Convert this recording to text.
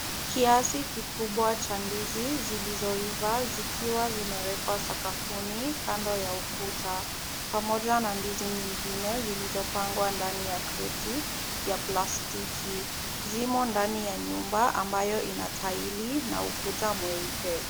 Kiasi kikubwa cha ndizi zilizoiva zikiwa zimewekwa sakafuni kando ya ukuta, pamoja na ndizi nyingine zilizopangwa ndani ya kreti ya plastiki. Zimo ndani ya nyumba ambayo ina tairi na ukuta mweupe.